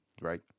Right